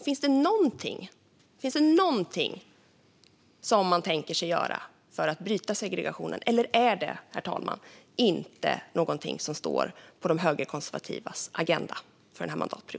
Finns det något som man har tänkt göra för att bryta segregationen, eller är detta, herr talman, inte någonting som står på de högerkonservativas agenda för den här mandatperioden?